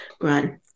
run